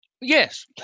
yes